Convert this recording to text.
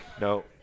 No